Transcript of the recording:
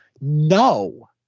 No